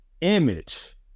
image